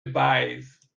advise